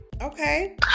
Okay